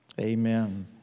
Amen